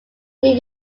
new